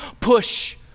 push